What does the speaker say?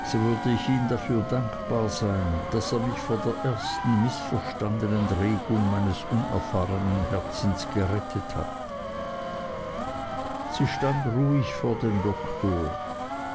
so würde ich ihm dafür dankbar sein daß er mich vor der ersten mißverstandnen regung meines unerfahrenen herzens gerettet hat sie stand ruhig vor dem doktor